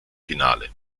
finale